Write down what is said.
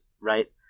Right